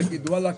נגיד וואלכ,